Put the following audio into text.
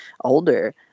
older